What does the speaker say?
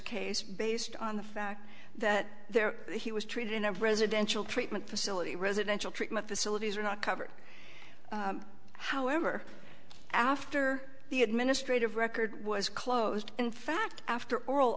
case based on the fact that there he was treated in a residential treatment facility residential treatment facilities were not covered however after the administrative record was closed in fact after or